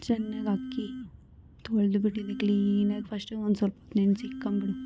ಚೆನ್ನಾಗಿ ಅಕ್ಕಿ ತೊಳ್ದಿಟ್ಬಿಟ್ಟು ಇದು ಕ್ಲೀನಾಗಿ ಫಸ್ಟಿಗೆ ಒಂದು ಸ್ವಲ್ಪೊತ್ತು ನೆನೆಸಿಕ್ಕೊಂಬಿಡು